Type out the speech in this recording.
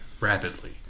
rapidly